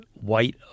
white